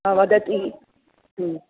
वदति